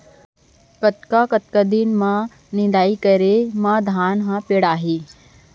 कतका कतका दिन म निदाई करे म धान ह पेड़ाही?